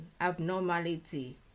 abnormality